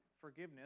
forgiveness